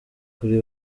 kuri